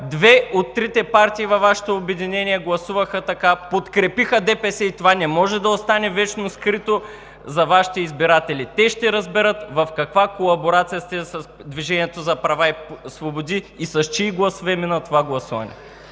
Две от трите партии във Вашето обединение гласуваха така, подкрепиха ДПС, и това не може да остане вечно скрито за Вашите избиратели. Те ще разберат в каква колаборация сте с „Движението за права и свободи“ и с чии гласове мина това гласуване.